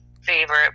favorite